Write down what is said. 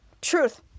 Truth